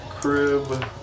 Crib